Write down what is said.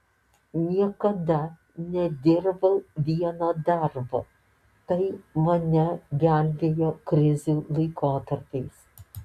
niekada nedirbau vieno darbo tai mane gelbėjo krizių laikotarpiais